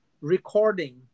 recording